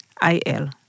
I-L